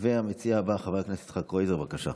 המציע הבא, חבר הכנסת יצחק קרויזר, בבקשה.